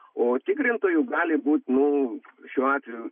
o tikrintoju gali būti nu šiuo atveju